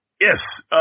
Yes